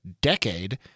decade